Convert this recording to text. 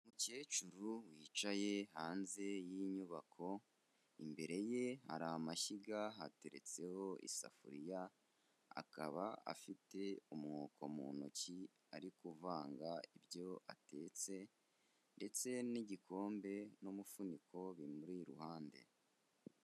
Umukecuru wicaye hanze y'inyubako imbere ye hari amashyiga hateretseho isafuriya, akaba afite umwuko mu ntoki ari kuvanga ibyo atetse ndetse n'igikombe n'umufuniko bimuri iruhande.